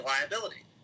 liability